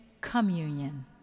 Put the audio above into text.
communion